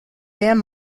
dam